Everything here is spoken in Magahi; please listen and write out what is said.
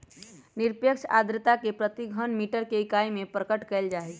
निरपेक्ष आर्द्रता के प्रति घन मीटर के इकाई में प्रकट कइल जाहई